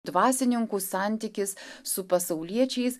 dvasininkų santykis su pasauliečiais